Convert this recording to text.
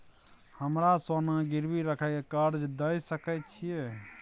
हमरा सोना गिरवी रखय के कर्ज दै सकै छिए?